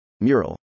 Mural